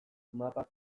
mapak